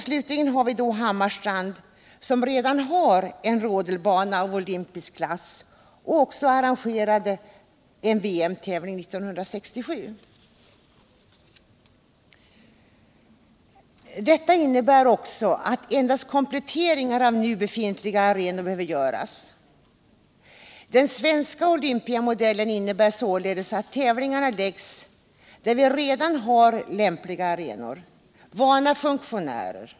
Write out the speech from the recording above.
Slutligen har vi Hammarstrand, som redan har en Detta innebär också att endast kompletteringar av nu befintliga arenor behöver göras. Den svenska olympiamodellen innebär således att tävlingarna läggs där vi redan har lämpliga arenor, vana funktionärer.